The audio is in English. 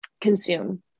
consume